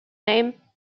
name